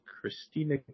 Christina